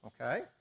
Okay